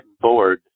bored